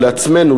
לעצמנו,